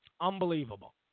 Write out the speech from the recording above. Unbelievable